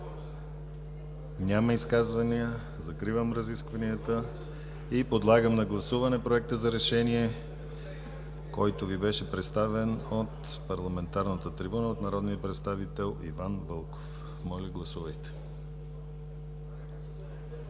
Няма изказвания. Закривам разискванията. Подлагам на гласуване Проекта за решение, който Ви беше представен от парламентарната трибуна от народния представител Иван Вълков. Гласували